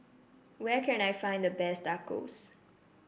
where can I find the best Tacos